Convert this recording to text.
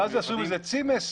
ואז יעשו מזה צימעס,